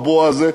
הלוע הזה,